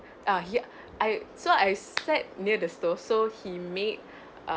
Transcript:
uh ya I so I sat near the stove so he made